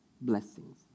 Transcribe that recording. blessings